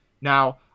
Now